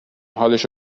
حالش